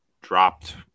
dropped